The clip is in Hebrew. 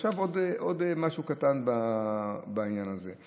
עכשיו, עוד משהו קטן בעניין הזה.